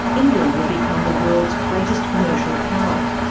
england would become the world's greatest commercial power.